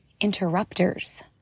interrupters